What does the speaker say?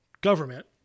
government